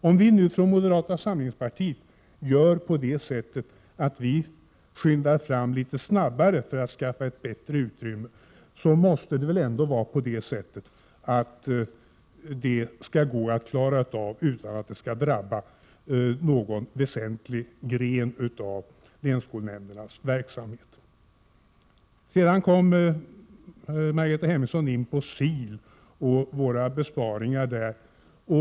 Om vi från moderata samlingspartiet skyndar fram litet snabbare för att komma åstadkomma ett bättre utrymme, skall det väl kunna klaras av utan att behöva drabba någon väsentlig gren av länsskolnämndernas verksamhet. Margareta Hemmingsson kom även in på våra förslag till besparingar beträffande SIL.